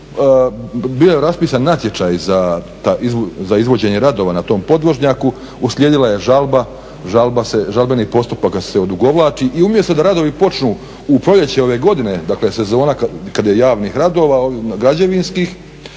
bio je raspisan natječaj za ta, za izvođenje radova na tom podvožnjaku, uslijedila je žalba, žalbeni postupak se odugovlači, i umjesto da radovi počnu u proljeće ove godine, dakle sezona kad je javnih radova građevinskih,